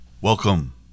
welcome